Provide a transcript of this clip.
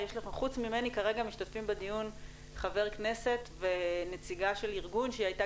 חוץ ממני כרגע משתתפים בדיון ח"כ ונציגה של ארגון שהייתה